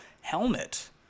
helmet